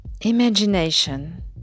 Imagination